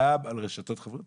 גם על רשתות חברתיות,